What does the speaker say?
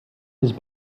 his